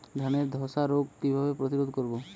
ধানে ধ্বসা রোগ কিভাবে প্রতিরোধ করব?